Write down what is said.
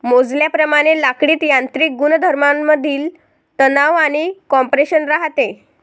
मोजल्याप्रमाणे लाकडीत यांत्रिक गुणधर्मांमधील तणाव आणि कॉम्प्रेशन राहते